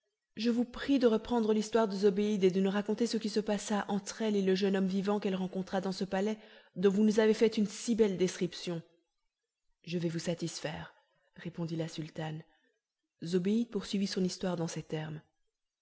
je vous prie de reprendre l'histoire de zobéide et de nous raconter ce qui se passa entre elle et le jeune homme vivant qu'elle rencontra dans ce palais dont vous nous avez fait une si belle description je vais vous satisfaire répondit la sultane zobéide poursuivit son histoire dans ces termes